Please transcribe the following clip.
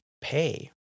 pay